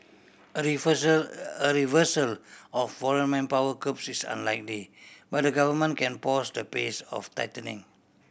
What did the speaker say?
a reversal a reversal of foreign manpower curbs is unlikely but the Government can pause the pace of tightening